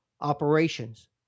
Operations